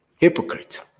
Hypocrite